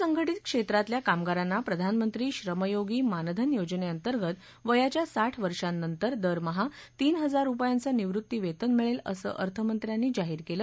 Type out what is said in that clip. असंघटित क्षेत्रातल्या कामगारांना प्रधानमंत्री श्रम योगी मानधन योजनेअंतर्गत वयाच्या साठ वर्षांनंतर दरमहा तीन हजार रुपयांचं निवृत्ती वेतन मिळेल असं अर्थमंत्र्यांनी जाहीर केलं